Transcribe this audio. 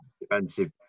defensive